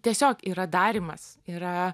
tiesiog yra darymas yra